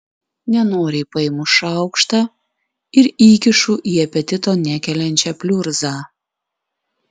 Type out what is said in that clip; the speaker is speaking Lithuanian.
nenoriai paimu šaukštą ir įkišu į apetito nekeliančią pliurzą